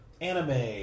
anime